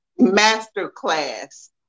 masterclass